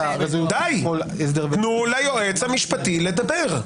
תנו ליועץ המשפטי לדבר.